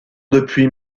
depuis